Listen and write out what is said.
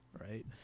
right